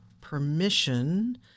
permission